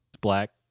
Black